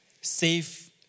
safe